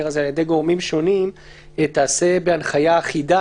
הזה על-ידי גורמים שונים תיעשה בהנחיה אחידה,